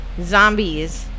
Zombies